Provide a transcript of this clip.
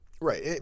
right